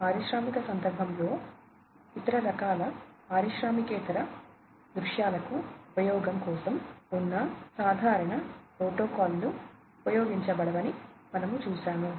పారిశ్రామిక సందర్భంలో ఇతర రకాల పారిశ్రామికేతర దృశ్యాలకు ఉపయోగం కోసం ఉన్న సాధారణ ప్రోటోకాల్లు ఉపయోగించబడవని మనము చూశాము